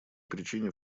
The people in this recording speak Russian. причине